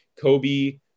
Kobe